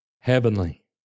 heavenly